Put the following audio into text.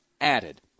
added